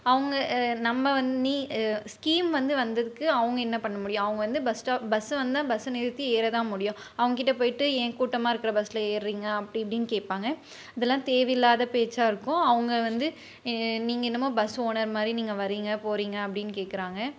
அவங்க நம்ம வந்து நீ ஸ்கீம் வந்து வந்ததுக்கு அவங்கள் என்ன பண்ண முடியும் அவங்கள் வந்து பஸ் ஸ்டாப் பஸ்ஸு வந்தால் பஸ்ஸை நிறுத்தி ஏறதான் முடியும் அவங்ககிட்ட போய்ட்டு ஏன் கூட்டமாக இருக்கிற பஸ்ஸில் ஏறுறீங்க அப்படி இப்படினு கேட்பாங்க இதெல்லாம் தேவையில்லாத பேச்சாக இருக்கும் அவங்கள் வந்து நீங்கள் என்னமோ பஸ் ஓனர் மாதிரி நீங்கள் வரீங்க போறீங்க அப்படின்னு கேக்கிறாங்க